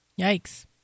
yikes